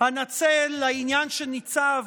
אנצל לעניין שניצב